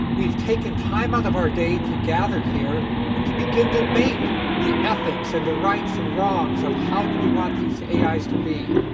we've taken time out of our day to gather here and to begin to debate the ethics and the rights and wrongs of, how do we want these ais to be?